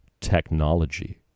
technology